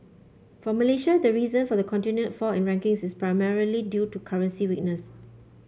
for Malaysia the reason for the continued fall in rankings is primarily due to currency weakness